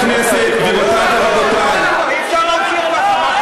יובל שטייניץ, אני מבקש ממך לרדת, ותיתן,